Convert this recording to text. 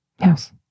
yes